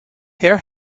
her